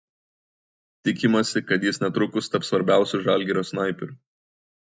tikimasi kad jis netrukus taps svarbiausiu žalgirio snaiperiu